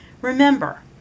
Remember